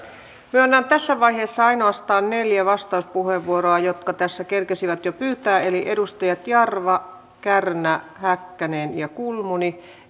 myönnän tässä vaiheessa ainoastaan neljä vastauspuheenvuoroa niille jotka tässä kerkesivät jo pyytämään eli edustajille jarva kärnä häkkänen ja kulmuni